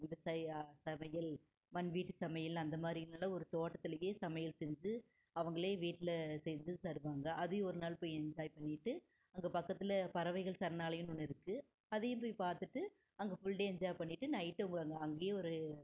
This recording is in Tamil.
விவசாய சமையல் மண் வீட்டு சமையல் அந்த மாரின்லாம் ஒரு தோட்டத்துலையே சமையல் செஞ்சு அவங்களே வீட்டில் செஞ்சு தருவாங்க அதையும் ஒரு நாள் போய் என்ஜாய் பண்ணிவிட்டு அங்கே பக்கத்தில் பறவைகள் சரணாலயம்ன்னு ஒன்று இருக்கு அதையும் போய் பார்த்துட்டு அங்கே ஃபுல்டே என்ஜாய் பண்ணிவிட்டு நைட்டு அங்கேயே ஒரு